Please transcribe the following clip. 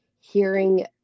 hearing